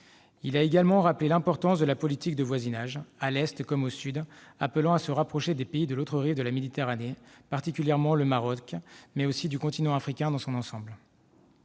Il a également rappelé l'importance de la politique de voisinage, à l'Est comme au Sud, appelant à se rapprocher des pays de l'autre rive de la Méditerranée, particulièrement le Maroc, mais aussi du continent africain dans son ensemble.